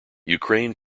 ukraine